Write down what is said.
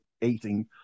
eating